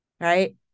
right